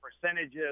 percentages